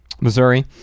Missouri